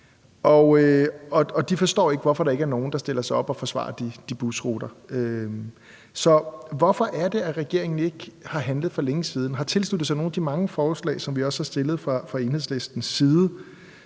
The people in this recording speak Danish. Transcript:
og de forstår ikke, hvorfor der ikke er nogen, der stiller sig op og forsvarer de busruter. Så hvorfor er det, at regeringen ikke har handlet for længe siden og har tilsluttet sig nogle af de mange forslag, som vi er kommet med fra Enhedslistens side,